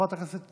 חברת הכנסת